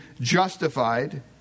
justified